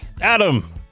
Adam